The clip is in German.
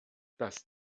das